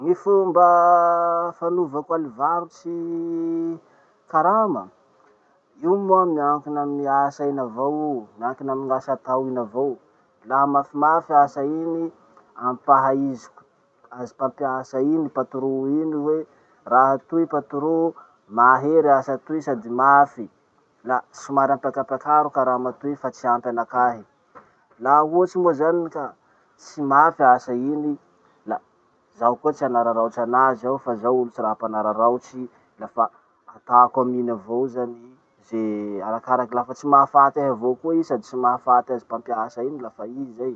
Ny fomba fanaovako alivarotsy karama. Io moa miankina amy asa iny avao io, miankina amy asa atao iny avao. Laha mafimafy asa iny, ampahaiziko azy mpampiasa iny, patron iny hoe: raha toy patron, mahery asa toy sady mafy, la somary apiakapiakaro karama toy fa tsy ampy anakahy. Laha ohatsy moa zany ka tsy mafy asa iny, la zaho koa tsy hanararaotsy anazy aho fa zaho olo tsy raha mpanararaotsy, lafa atako amin'iny avao zany i, arakaraky, lafa tsy mahafaty ahy avao koa i sady tsy mahafaty azy mpampiasa iny lafa i zay.